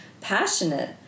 passionate